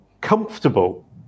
comfortable